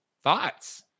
Thoughts